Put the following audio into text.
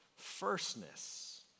firstness